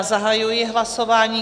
Zahajuji hlasování.